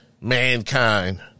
mankind